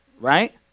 Right